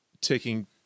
taking